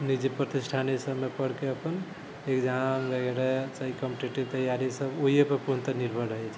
निजी प्रतिष्ठान ई सभमे पढ़िके अपन एक्जाम वगैरह चाहे कम्पिटिटिव तैयारी सभ ओहिए पर पूर्णतयाः निर्भर रहैत छै